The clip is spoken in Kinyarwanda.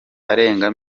arenga